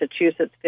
Massachusetts